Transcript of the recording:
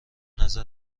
نظر